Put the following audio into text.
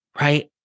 right